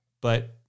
But-